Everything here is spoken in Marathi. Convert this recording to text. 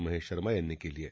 महेश शर्मा यांनी केली आहे